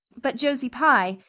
but josie pye,